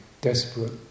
desperate